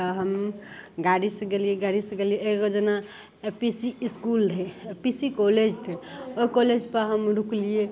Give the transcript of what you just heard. तऽ हम गाड़ीसँ गेलियै गाड़ीसँ गेलियै एगो जेना आइ पी सी इसकुल रहय पी सी कॉलेज थे कॉलेजपर हम रुकलियै